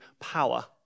power